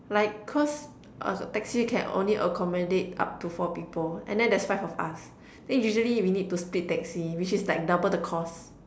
like cause a taxi can only accommodate up to four people and then there's five of us then usually we need to split taxi which is like double the cost